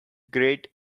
great